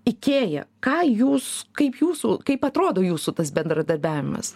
ikea ką jūs kaip jūsų kaip atrodo jūsų tas bendradarbiavimas